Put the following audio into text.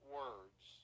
words